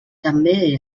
també